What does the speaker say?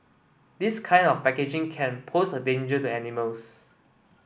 this kind of packaging can pose a danger to animals